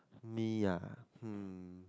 me ah hmm